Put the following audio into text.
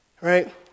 Right